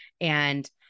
And-